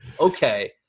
Okay